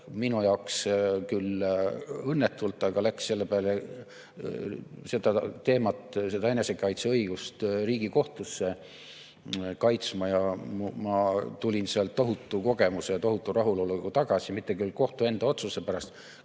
minu jaoks küll õnnetult, läks seda teemat, enesekaitseõigust Riigikohtusse kaitsma. Ma tulin sealt tohutu kogemuse ja tohutu rahuloluga tagasi – mitte küll kohtu enda otsuse pärast,